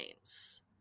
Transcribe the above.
names